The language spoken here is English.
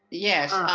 yes.